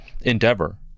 endeavor